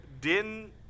Din